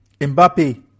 Mbappe